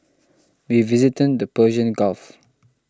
we visited the Persian Gulf